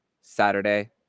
Saturday